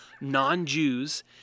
non-Jews